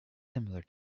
similar